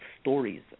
stories